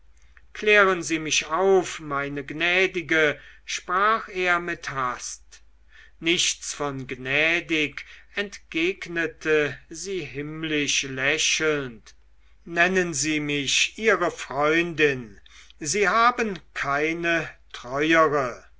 klären sie mich auf meine gnädige sprach er mit hast nichts von gnädig entgegnete sie himmlisch lächelnd nennen sie mich ihre freundin sie haben keine treuere